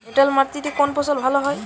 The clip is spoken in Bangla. এঁটেল মাটিতে কোন ফসল ভালো হয়?